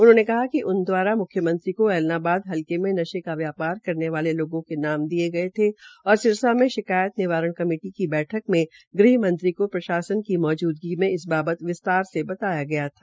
उन्होंने कहा है कि उन दवारा म्ख्यमंत्री को ऐलनाबाद हलके में नशे का व्यापार करने वाले लोगों के नाम दिये गये थे और सिरसा मे शिकायत निवारण कमेटी की बैठक में ग़हमंत्री को प्रशासन की मौज़दगी मे इस बाबत विस्तार से बताया गया था